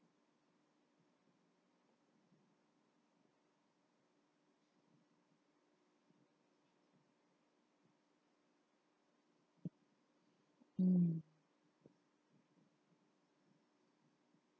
mm